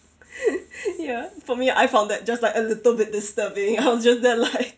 ya for me I found that just like a little bit disturbing I was just there like